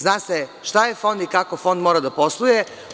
Zna se šta je fond i kako fond mora da posluje.